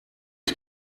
lat